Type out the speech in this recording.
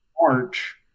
March